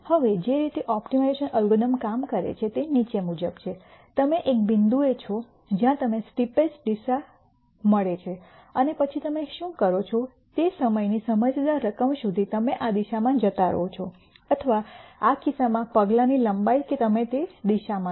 હવે જે રીતે ઓપ્ટિમાઇઝેશન એલ્ગોરિધમ્સ કામ કરે છે તે નીચે મુજબ છે તમે એક બિંદુએ છો જ્યાં તમને સ્ટીપેસ્ટ ડિસેન્ટ દિશા મળે છે અને પછી તમે શું કરો છો તે સમયની સમજદાર રકમ સુધી તમે આ દિશામાં જતા રહો છો અથવા આ કિસ્સામાં પગલાની લંબાઈ કે તમે તે દિશામાં લો